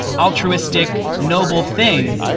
altruistic, noble thing.